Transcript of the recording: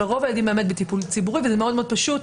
רוב הילדים בטיפול ציבורי וזה מאוד פשוט